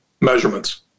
measurements